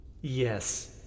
Yes